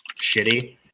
shitty